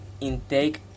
intake